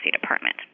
department